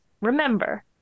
remember